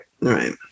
right